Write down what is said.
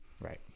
Right